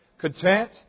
Content